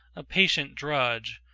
a patient drudge,